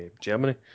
Germany